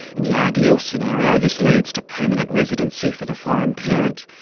in the ideal scenario this leads to permanent residency for the foreign parent,